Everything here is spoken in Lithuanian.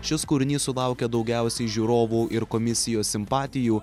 šis kūrinys sulaukė daugiausiai žiūrovų ir komisijos simpatijų